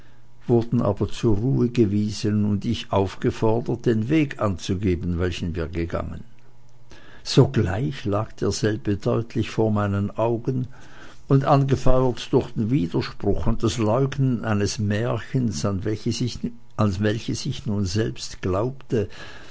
wurden aber zur ruhe gewiesen und ich aufgefordert den weg anzugeben welchen wir gegangen sogleich lag derselbe deutlich vor meinen augen und angefeuert durch den widerspruch und das leugnen eines märchens an welches ich nun selbst glaubte